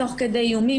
תוך כדי איומים,